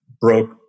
broke